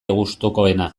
gustukoena